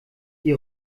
die